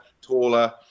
taller